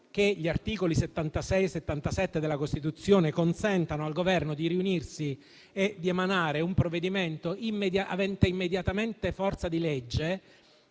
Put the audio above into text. che gli articoli 76 e 77 della Costituzione consentano al Governo di riunirsi e di emanare un provvedimento avente immediatamente forza di legge